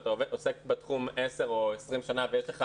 אתה עוסק בתחום עשר או 20 שנה ויש לך